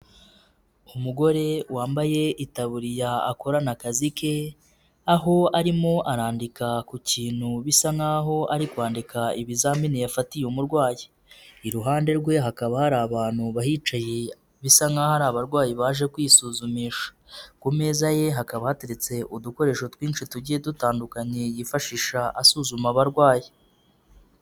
Umugore wambaye itaburiya akorana akazi ke aho arimo arandika ku kintu bisa n'aho ari kwandika ibizamini yafatiye umurwayi, iruhande rwe hakaba hari abantu bahicaye bisa nk'aho ari abarwayi baje kwisuzumisha, ku meza ye hakaba hateretse udukoresho twinshi tugiye dutandukanye yifashisha asuzuma abarwayi.